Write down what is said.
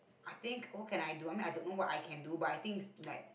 I think what can I do I mean I don't know what I can do but I think is like